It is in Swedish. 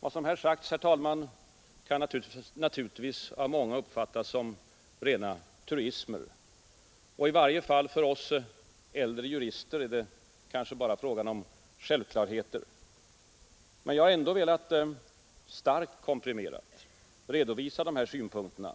Vad som här sagts, herr talman, kan naturligtvis av många uppfattas som rena truismer. I varje fall för oss äldre jurister är det kanske bara fråga om självklarheter. Men jag har velat starkt komprimerat redovisa dessa synpunkter,